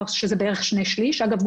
אגב,